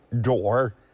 door